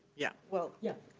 yeah. well, yeah.